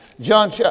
John